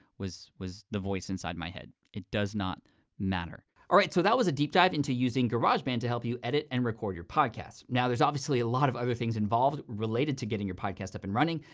was was the voice inside my head. it does not matter. all right. so that was a deep dive into using garageband to help you edit and record your podcast. now there's obviously a lot of other things involved, related to getting your podcast up and running,